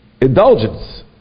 indulgence